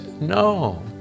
No